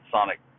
Sonic